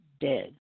dead